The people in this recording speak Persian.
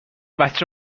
بچه